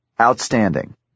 Outstanding